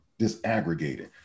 disaggregated